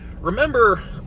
Remember